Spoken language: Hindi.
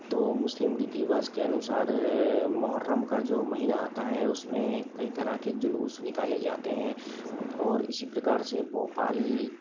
तो मुस्लिम रीति रिवाज के अनुसार मोहर्रम का जो महीना आता है उसमें कई तरह के जुलूस निकाले जाते हैं और इसी प्रकार से भोपाल